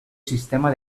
sistema